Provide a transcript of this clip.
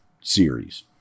series